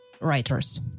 writers